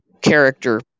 character